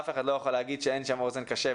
אף אחד לא יכול להגיד שאין שם אוזן קשב.